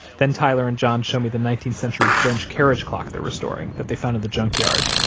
then tyler and john show me the nineteenth century french carriage clock they're restoring that they found in the junkyard,